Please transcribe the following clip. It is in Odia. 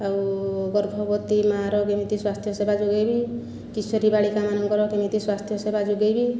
ଆଉ ଗର୍ଭବତୀ ମା'ର କେମିତି ସ୍ୱାସ୍ଥ୍ୟ ସେବା ଯୋଗାଇବି କିଶୋରୀ ବାଳିକାମାନଙ୍କର କେମିତି ସ୍ୱାସ୍ଥ୍ୟ ସେବା ଯୋଗାଇବି